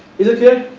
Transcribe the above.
is it clear?